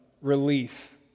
relief